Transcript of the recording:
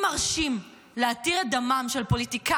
אם מרשים להתיר את דמן של פוליטיקאיות,